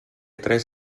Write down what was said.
tres